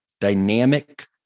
dynamic